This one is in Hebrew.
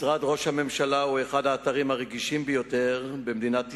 משרד ראש הממשלה הוא אחד האתרים הרגישים ביותר במדינת ישראל,